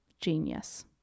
Genius